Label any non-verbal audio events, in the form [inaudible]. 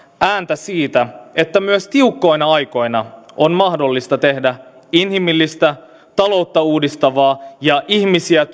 ääntä siitä että myös tiukkoina aikoina on mahdollista tehdä inhimillistä taloutta uudistavaa ja ihmisiä [unintelligible]